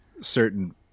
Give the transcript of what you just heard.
certain